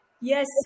Yes